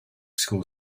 school